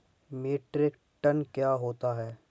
Metric tonne क्या होता है?